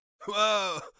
Whoa